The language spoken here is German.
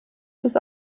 bis